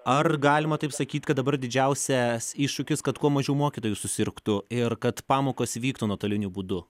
ar galima taip sakyt kad dabar didžiausias iššūkis kad kuo mažiau mokytojų susirgtų ir kad pamokos vyktų nuotoliniu būdu